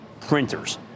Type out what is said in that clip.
printers